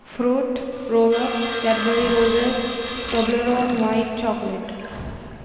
fruit roll ups Cadbury roses Toblerone white chocolate